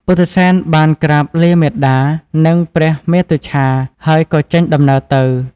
ពុទ្ធិសែនបានក្រាបលាមាតា និងព្រះមាតុច្ឆាហើយក៏ចេញដំណើរទៅ។